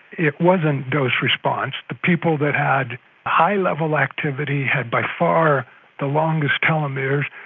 it wasn't dose response. the people that had high-level activity had by far the longest telomeres.